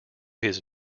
his